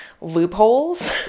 loopholes